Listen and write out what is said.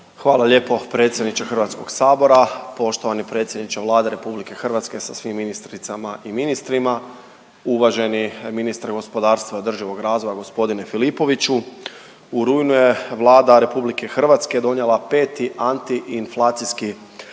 Hvala lijepo predsjedniče HS. Poštovani predsjedniče Vlade RH sa svim ministricama i ministrima, uvaženi ministre gospodarstva i održivog razvoja g. Filipoviću. U rujnu je Vlada RH donijela 5. antiinflacijski